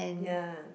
ya